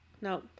No